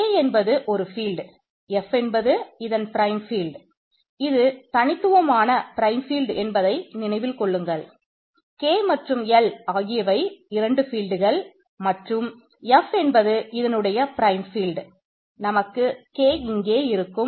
K என்பது ஒரு field மாதிரி இருக்கும்